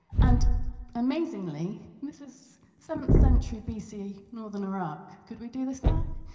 and amazingly this is seventh century b c, northern iraq could we do this now?